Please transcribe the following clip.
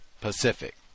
Pacific